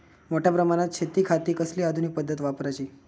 मोठ्या प्रमानात शेतिखाती कसली आधूनिक पद्धत वापराची?